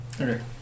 Okay